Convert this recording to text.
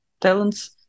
talents